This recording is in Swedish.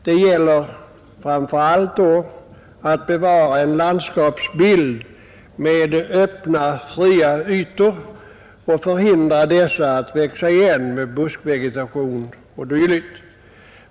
Det gäller framför allt att bevara en landskapsbild med öppna, fria ytor och förhindra dessa att växa igen med buskvegetation o.d.